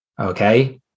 Okay